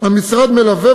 שהמשרד מלווה,